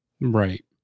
Right